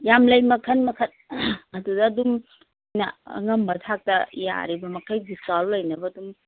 ꯌꯥꯝ ꯂꯩ ꯃꯈꯟ ꯃꯈꯟ ꯑꯗꯨꯗ ꯑꯗꯨꯝ ꯑꯩꯈꯣꯏꯅ ꯑꯉꯝꯕ ꯊꯥꯛꯇ ꯌꯥꯔꯤꯕ ꯃꯈꯩ ꯗꯤꯁꯀꯥꯎꯟ ꯂꯩꯅꯕ ꯑꯗꯨꯝ